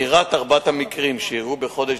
חקירות ארבעת המקרים שאירעו בחודש